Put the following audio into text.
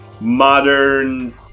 modern